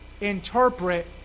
interpret